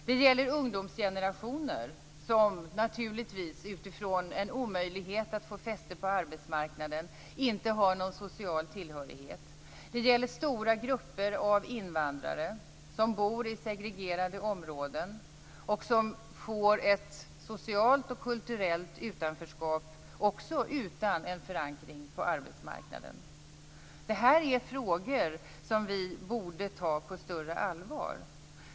Det gäller ungdomsgenerationer som naturligtvis utifrån en omöjlighet att få fäste på arbetsmarknaden inte har någon social tillhörighet. Det gäller stora grupper av invandrare som bor i segregerade områden och som får ett socialt och kulturellt utanförskap, också utan en förankring på arbetsmarknaden. Det här är frågor som vi borde ta på större allvar.